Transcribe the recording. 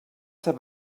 have